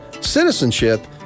citizenship